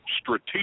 strategic